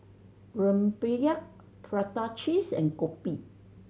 rempeyek prata cheese and kopi